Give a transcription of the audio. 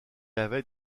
avait